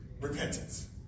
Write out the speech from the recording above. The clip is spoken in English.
Repentance